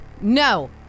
No